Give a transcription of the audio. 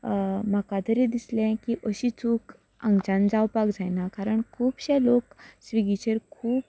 म्हाका तरी दिसलें की अशी चूक हांगच्यान जावपाक जायना कारण खुबशे लोक